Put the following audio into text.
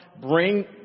bring